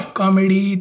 comedy